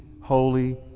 Holy